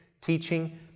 teaching